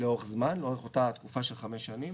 לאורך זמן, לאורך אותה תקופה של חמש שנים